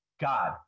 God